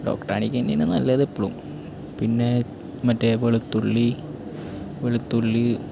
ഡോക്ടറെ കാണിക്കുക തന്നെയാണ് നല്ലതെപ്പോഴും പിന്നെ മറ്റേ വെളുത്തുള്ളി വെളുത്തുള്ളി